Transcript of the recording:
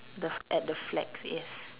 the f~ at the flag yes